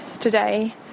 today